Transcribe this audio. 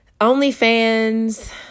OnlyFans